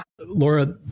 Laura